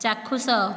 ଚାକ୍ଷୁଷ